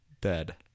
dead